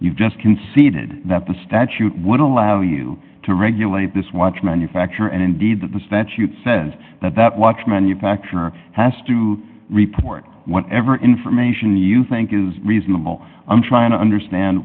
you've just conceded that the statute were allow you to regulate this watch manufacture and indeed that the statute says that that watch manufacturer has to report whatever information you think is reasonable i'm trying to understand